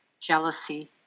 jealousy